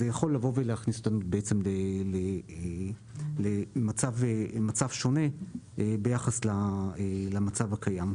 זה יכול לבוא ולהכניס אותנו למצב שונה ביחס למצב הקיים,